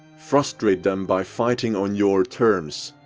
frustrate them by fighting on your terms.